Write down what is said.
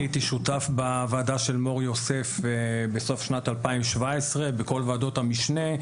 אני הייתי שותף בוועדה של מור-יוסף בסוף שנת 2017 וכל ועדות המשנה,